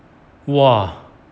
!wah!